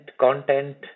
content